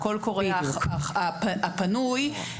הפנוי,